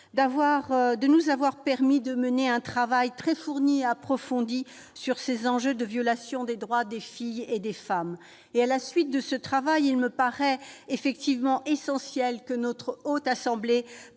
de nous avoir permis de mener un travail très approfondi sur ces enjeux de violation des droits des filles et des femmes. À la suite de ce travail, il me paraît effectivement essentiel que la Haute Assemblée